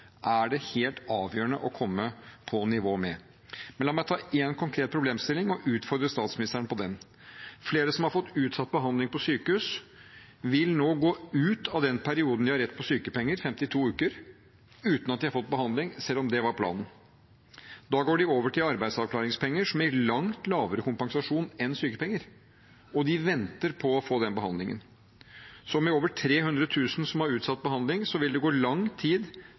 er det helt avgjørende å komme på nivå med. Men la meg ta en konkret problemstilling og utfordre statsministeren på den. Flere som har fått utsatt behandling på sykehus, vil nå gå ut av den perioden de har rett på sykepenger, 52 uker, uten at de har fått behandling, selv om det var planen. Da går de over til arbeidsavklaringspenger, som gir langt lavere kompensasjon enn sykepenger, og de venter på å få den behandlingen. Med over 300 000 som har utsatt behandling, vil det gå lang tid